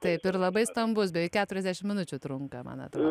taip ir labai stambus beveik keturiasdešimt minučių trunka man atrodo